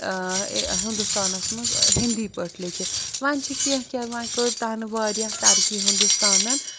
ہِندوستانَس منٛز ہِندی پٲٹھۍ لیٚکھِتھ وَنہِ چھِ کیٚنٛہہ کیٚنٛہہ ونۍ کٔر تَنہٕ واریاہ ترقی ہُندوستانن